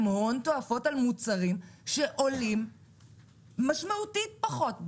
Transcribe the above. הון תועפות על מוצרים שעולים בחוץ לארץ משמעותית פחות.